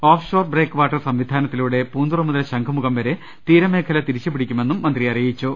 offshore break water സംവി ധാനത്തിലൂടെ പൂന്തുറ മുതൽ ശംഖുമുഖം വരെ തീരമേഖല തിരി ച്ചുപിടിക്കുമെന്നും മന്ത്രി അറിയിച്ചു